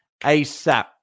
ASAP